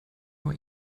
nur